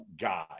guy